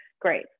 great